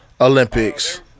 Olympics